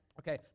Okay